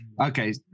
Okay